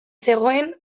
zegoen